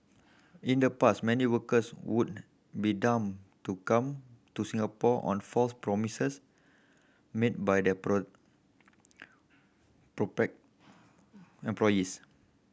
in the past many workers would be duped to come to Singapore on false promises made by their prospect employees